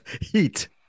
Heat